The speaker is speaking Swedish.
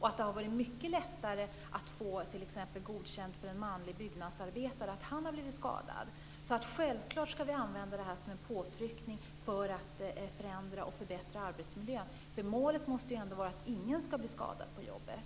Det har varit mycket lättare för t.ex. en manlig byggnadsarbetare att få godkänt att han har blivit skadad. Självklart skall vi använda det här som en påtryckning för att förändra och förbättra arbetsmiljön. Målet måste ju ändå vara att ingen skall bli skadad på jobbet.